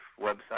website